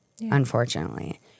unfortunately